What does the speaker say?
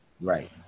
Right